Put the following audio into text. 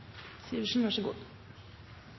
Sivertsen er så